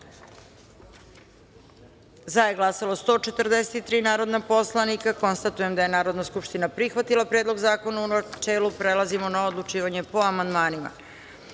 za - 143 narodna poslanika. Konstatujem da je Narodna skupština prihvatila Predlog zakona, u načelu. Prelazimo na odlučivanje po amandmanima. Stavljam